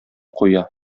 куя